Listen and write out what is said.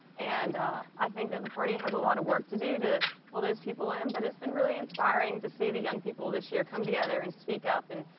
and i think that the party has a lot of work to do to pull those people in, but it's been really inspiring to see the young people this year come together and speak up and,